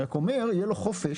אני רק אומר - שיהיה לו חופש